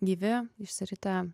gyvi išsiritę